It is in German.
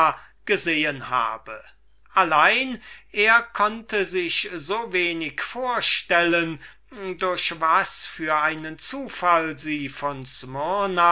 gesehen habe allein er konnte sich so wenig vorstellen wie sie von